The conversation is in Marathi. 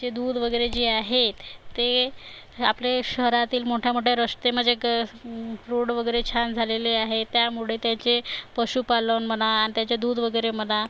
चे दूध वगैरे जे आहेत ते आपले शहरातील मोठ्या मोठ्या रस्त्यामध्ये क रोड वगैरे छान झालेले आहे त्यामुळे त्याचे पशुपालन म्हणा त्याचे दूध वगैरे म्हणा